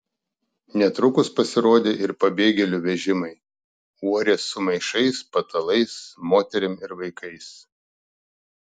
netrukus pasirodė ir pabėgėlių vežimai uorės su maišais patalais moterim ir vaikais